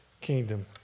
kingdom